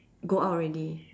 go out already